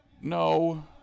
No